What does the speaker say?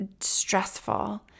stressful